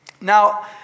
Now